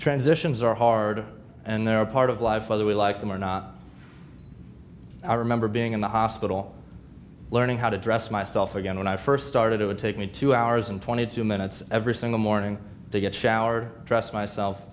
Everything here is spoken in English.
transitions are harder and they're a part of life whether we like them or not i remember being in the hospital learning how to dress myself again when i first started it would take me two hours and twenty two minutes every single morning to get showered dressed myself